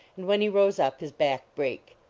and when he rose up his back brake.